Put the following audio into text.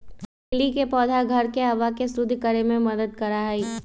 lily के पौधा घर के हवा के शुद्ध करे में मदद करा हई